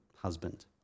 husband